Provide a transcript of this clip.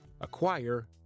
acquire